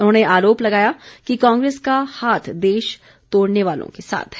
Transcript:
उन्होंने आरोप लगाया कि कांग्रेस का हाथ देश तोड़ने वालों के साथ है